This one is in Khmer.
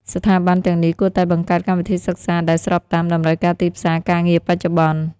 ស្ថាប័នទាំងនេះគួរតែបង្កើតកម្មវិធីសិក្សាដែលស្របតាមតម្រូវការទីផ្សារការងារបច្ចុប្បន្ន។